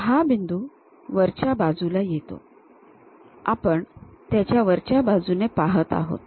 आता हा बिंदू वरच्या बाजूला येतो आपण त्याच्या वरच्या बाजूने पाहत आहोत